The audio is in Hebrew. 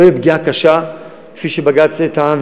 לא תהיה פגיעה קשה כפי שבג"ץ טען,